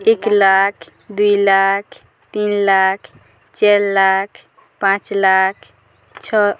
ଏକ ଲକ୍ଷ ଦୁଇ ଲକ୍ଷ ତିନ ଲକ୍ଷ ଚାର ଲକ୍ଷ ପାଞ୍ଚ ଲକ୍ଷ ଛଅ ଲକ୍ଷ